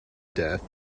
death